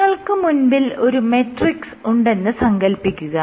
നിങ്ങൾക്ക് മുൻപിൽ ഒരു മെട്രിക്സ് ഉണ്ടെന്ന് സങ്കല്പിക്കുക